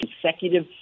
consecutive